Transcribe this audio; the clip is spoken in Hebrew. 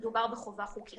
מדובר בחובה חוקית.